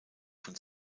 von